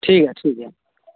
ठीक हइ ठीक हइ